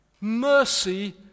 mercy